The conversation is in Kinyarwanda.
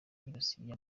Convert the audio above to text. yibasiye